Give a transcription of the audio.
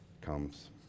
comes